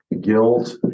Guilt